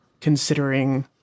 considering